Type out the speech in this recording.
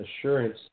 assurance